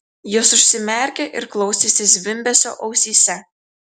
jis užsimerkė ir klausėsi zvimbesio ausyse